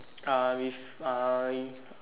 uh with uh